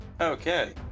Okay